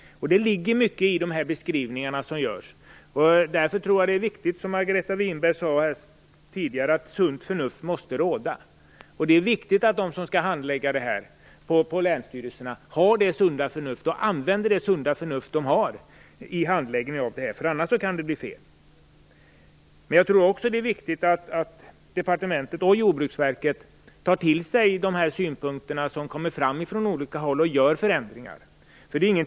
Det ligger mycket i de beskrivningar som görs. Därför är det viktigt att sunt förnuft måste få råda. Det är nödvändigt att handläggarna på länsstyrelserna använder det sunda förnuft som de har vid handläggningen av sådana här ärenden. Annars kan det bli fel. Det är angeläget att departementet och Jordbruksverket tar till sig de synpunkter som kommer fram från olika håll och att man genomför förändringar.